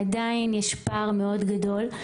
עדיין יש פער מאוד גדול.